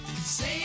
say